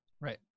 Right